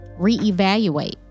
reevaluate